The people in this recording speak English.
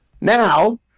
Now